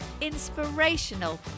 inspirational